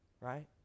right